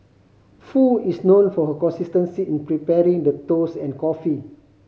Foo is known for her consistency in preparing the toast and coffee